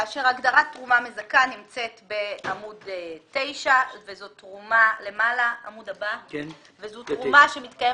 כאשר הגדרת תרומה מזכה נמצאת בעמוד 9 למעלה וזאת תרומה שמתקיים